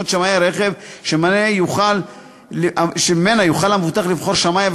שמאי רכב שממנה יוכל המבוטח לבחור שמאי,